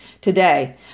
today